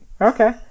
Okay